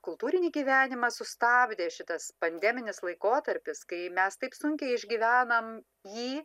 kultūrinį gyvenimą sustabdė šitas pandeminis laikotarpis kai mes taip sunkiai išgyvenam jį